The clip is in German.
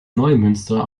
neumünster